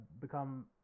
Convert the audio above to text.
become